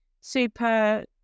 super